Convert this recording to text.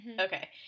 Okay